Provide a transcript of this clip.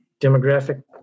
demographic